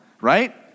right